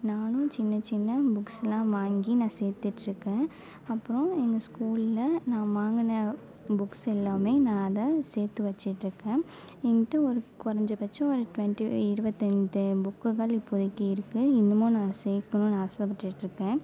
நானும் சின்ன சின்ன புக்ஸ்லாம் வாங்கி நான் சேர்த்துட்ருக்கேன் அப்றம் எங்கள் ஸ்கூலில் நான் வாங்கின புக்ஸ் எல்லாமே நான் அதை சேர்த்து வெச்சிட்டிருக்கேன் எங்கிட்ட ஒரு குறஞ்சப்பட்சம் ஒரு டுவெண்ட்டி இருவத்தைந்து புக்குகள் இப்போதைக்கி இருக்குது இன்னமும் நான் சேர்க்கணுன்னு ஆசைப்பட்டுட்ருக்கேன்